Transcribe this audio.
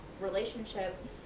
relationship